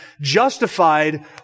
justified